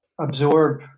absorb